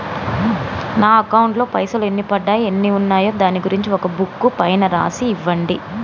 నా అకౌంట్ లో పైసలు ఎన్ని పడ్డాయి ఎన్ని ఉన్నాయో దాని గురించి ఒక బుక్కు పైన రాసి ఇవ్వండి?